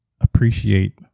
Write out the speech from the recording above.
appreciate